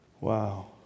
Wow